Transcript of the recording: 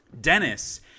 Dennis